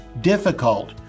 difficult